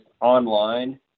online